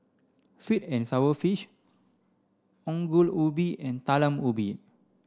sweet and sour fish Ongol Ubi and Talam Ubi